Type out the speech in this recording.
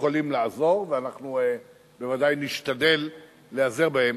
יכולים לעזור, ואנחנו בוודאי נשתדל להיעזר בהם,